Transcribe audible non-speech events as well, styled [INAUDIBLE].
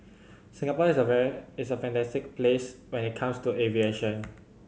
Singapore is a [UNINTELLIGIBLE] is a fantastic place when it comes to aviation